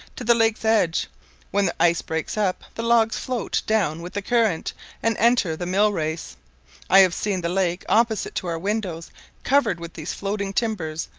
to the lake's edge when the ice breaks up, the logs float down with the current and enter the mill-race i have seen the lake opposite to our windows covered with these floating timbers,